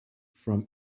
from